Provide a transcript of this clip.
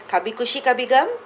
kabhi khushi kabhie gham